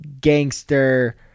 gangster